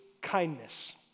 kindness